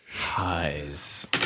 Highs